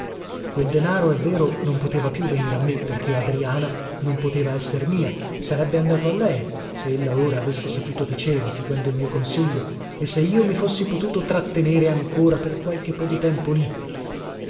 quel denaro è vero non poteva più venire a me perché adriana non poteva esser mia ma sarebbe andato a lei se ella ora avesse saputo tacere seguendo il mio consiglio e se io mi fossi potuto trattenere ancora per qualche po di tempo lì